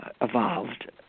evolved